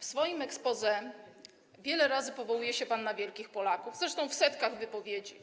W swoim exposé wiele razy powołuje się pan na wielkich Polaków - zresztą w setkach wypowiedzi